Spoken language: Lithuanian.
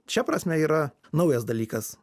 šia prasme yra naujas dalykas